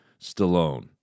Stallone